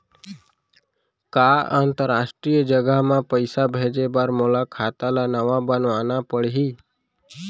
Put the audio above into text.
का अंतरराष्ट्रीय जगह म पइसा भेजे बर मोला खाता ल नवा बनवाना पड़ही?